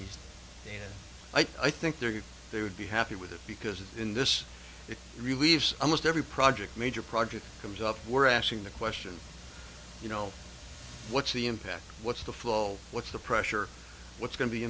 i think they're good they would be happy with it because in this it relieves almost every project major project comes up we're asking the question you know what's the impact what's the flow what's the pressure what's going to be